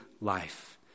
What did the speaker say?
life